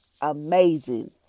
amazing